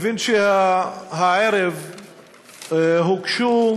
מבין שהערב הוגשו